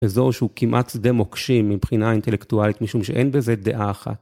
אזור שהוא כמעט שדה מוקשים מבחינה אינטלקטואלית משום שאין בזה דעה אחת.